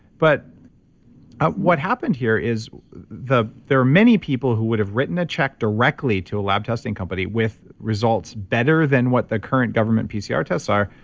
but what happened here is there are many people who would have written a check directly to a lab testing company with results better than what the current government pcr tests are.